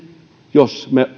jos me